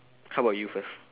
how about you first